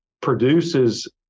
produces